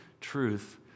truth